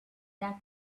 that